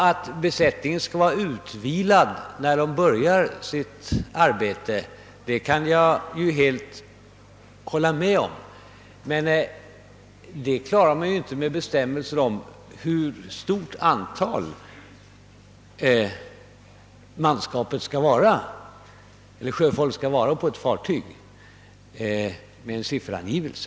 Att besättningen skall vara utvilad när den börjar. sitt arbete kan jag helt hålla med om, men detta uppnås ju inte med bestämmelser om hur många sjömän det skall vara på ett fartyg, d. v. s. med en sifferangivelse.